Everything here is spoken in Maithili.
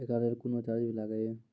एकरा लेल कुनो चार्ज भी लागैये?